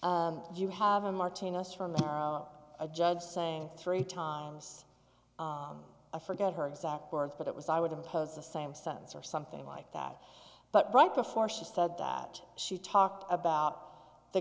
you have a martini us from a judge saying three times i forget her exact words but it was i would impose the same sense or something like that but right before she said that she talked about the